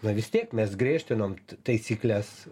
na vis tiek mes griežtinom taisykles